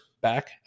back